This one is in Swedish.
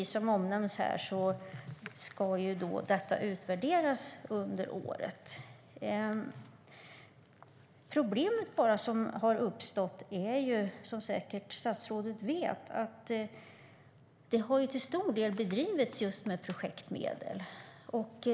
Som omnämns här ska detta utvärderas under året. Det problem som har uppstått är, som statsrådet säkert vet, att verksamheten till stor del har bedrivits med projektmedel.